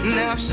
now